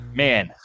man